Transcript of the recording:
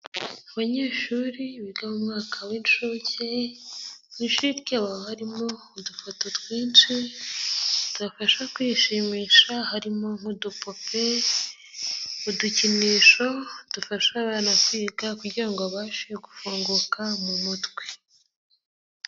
Abanyeshuri biga mu mwaka w'inshuke mu ishuri ryabo harimo udufoto twinshi tubafasha kwishimisha, harimo nk'udupupe, udukinisho dufasha abana kwiga kugira ngo babashe gufunguka mu mutwe.